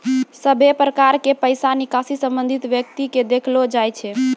सभे प्रकार के पैसा निकासी संबंधित व्यक्ति के देखैलो जाय छै